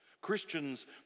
Christians